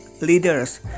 leaders